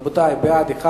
רבותי, אחד בעד,